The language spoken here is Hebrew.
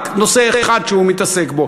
רק נושא אחד שהוא מתעסק בו,